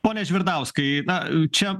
pone žvirdauskai na čia